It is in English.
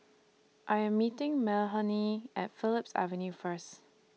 I Am meeting Mahalie At Phillips Avenue First